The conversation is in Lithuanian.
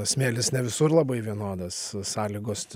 smėlis ne visur labai vienodas sąlygos